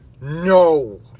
no